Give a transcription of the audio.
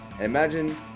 imagine